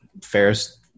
Ferris